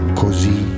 così